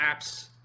apps